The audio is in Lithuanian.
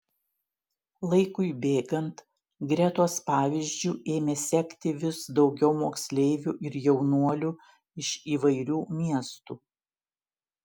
laikui bėgant gretos pavyzdžiu ėmė sekti vis daugiau moksleivių ir jaunuolių iš įvairių miestų